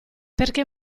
perché